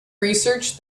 research